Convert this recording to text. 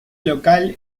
local